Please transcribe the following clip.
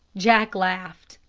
jack laughed.